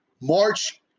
March